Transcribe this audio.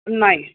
नाही